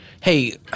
Hey